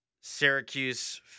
Syracuse